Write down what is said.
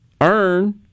earn